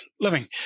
living